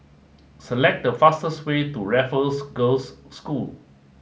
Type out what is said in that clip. select the fastest way to Raffles Girls' School